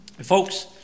Folks